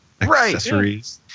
accessories